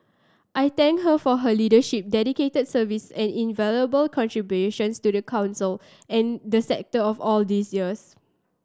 I thank her for her leadership dedicated service and invaluable contributions to the Council and the sector of all these years